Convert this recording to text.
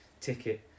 ticket